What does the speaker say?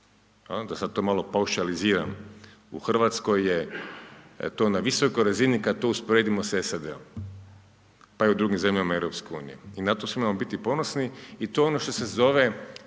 da sad to malo paušaliziram. U Hrvatskoj je to na visokoj razini kad to usporedimo sa SAD-om, pa i u drugim zemljama Europske unije, i na to smo .../Govornik se ne razumije./...